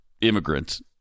immigrants